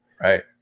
right